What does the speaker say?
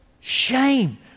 shame